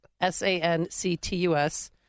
S-A-N-C-T-U-S